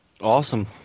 Awesome